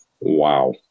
wow